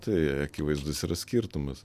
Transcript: tai akivaizdus yra skirtumas